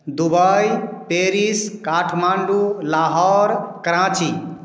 Dubai Paris Kathmandu Lahore Karachi